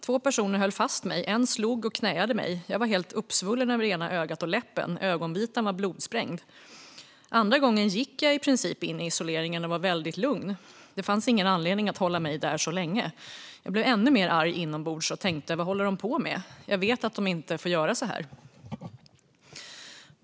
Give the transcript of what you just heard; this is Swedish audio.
Två personer höll fast mig, en slog och knäade mig. Jag var helt uppsvullen över ena ögat och läppen, ögonvitan var blodsprängd. Andra gången gick jag i princip in i isoleringen och var väldigt lugn. Det fanns ingen anledning att hålla mig där så länge. Jag blev ännu mer arg inombords och tänkte vad håller de på med. Jag vet att de inte får göra så här."